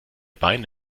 beine